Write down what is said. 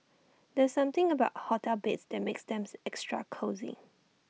there's something about hotel beds that makes them extra cosy